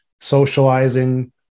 socializing